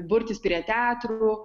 burtis prie teatrų